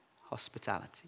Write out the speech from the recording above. Hospitality